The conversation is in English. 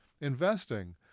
Investing